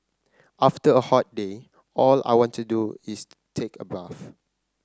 after a hot day all I want to do is take a bath